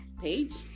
page